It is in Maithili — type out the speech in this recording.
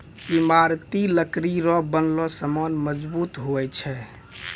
ईमारती लकड़ी रो बनलो समान मजबूत हुवै छै